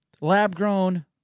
lab-grown